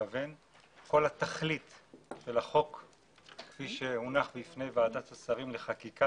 כל התכלית של החוק כפי שהונח בפני ועדת השרים לענייני חקיקה,